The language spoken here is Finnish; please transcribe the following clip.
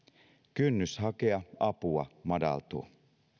kynnys hakea apua madaltuu